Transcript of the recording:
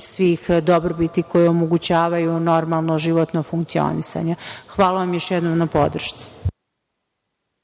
svih dobrobiti koje omogućavaju normalno životno funkcionisanje. Hvala vam još jednom na podršci.